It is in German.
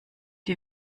die